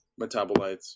metabolites